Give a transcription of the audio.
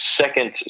second